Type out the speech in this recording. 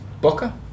Boca